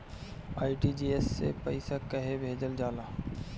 RTGS से पइसा कहे भेजल जाला?